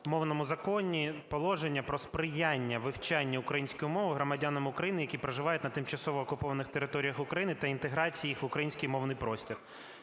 мовному законі положення про сприяння вивченню української мови громадянами України, які проживають на тимчасово окупованих територіях України, та інтеграції їх в український мовний простір.